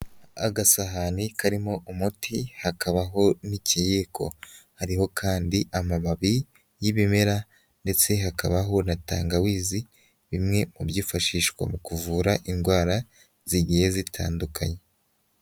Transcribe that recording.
Agasahani karimo umuti hakabaho n'ikiyiko, hariho kandi amababi y'ibimera ndetse hakabaho na tangawizi bimwe mu byifashishwa mu kuvura indwara zigiye zitandukanye.